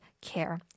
care